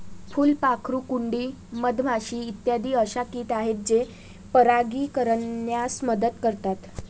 फुलपाखरू, कुंडी, मधमाशी इत्यादी अशा किट आहेत जे परागीकरणास मदत करतात